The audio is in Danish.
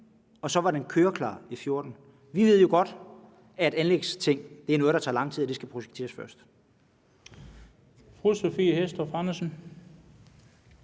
og så var den køreklar i 2014. Vi ved godt, at anlægsting er noget, der tager lang tid, og at de først skal projekteres.